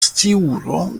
sciuro